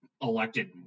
elected